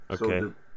okay